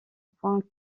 point